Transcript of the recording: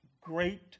great